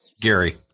Gary